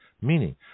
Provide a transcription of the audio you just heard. meaning